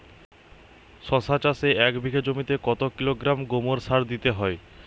শশা চাষে এক বিঘে জমিতে কত কিলোগ্রাম গোমোর সার দিতে হয়?